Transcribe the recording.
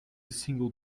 single